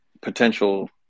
potential